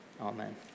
Amen